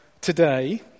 today